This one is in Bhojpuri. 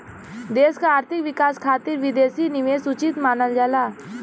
देश क आर्थिक विकास खातिर विदेशी निवेश उचित मानल जाला